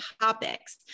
topics